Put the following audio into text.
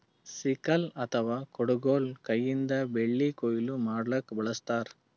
sickle ಅಥವಾ ಕುಡಗೊಲ್ ಕೈಯಿಂದ್ ಬೆಳಿ ಕೊಯ್ಲಿ ಮಾಡ್ಲಕ್ಕ್ ಬಳಸ್ತಾರ್